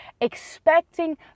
expecting